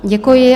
Děkuji.